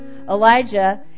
Elijah